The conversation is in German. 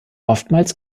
oftmals